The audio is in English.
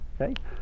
Okay